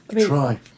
try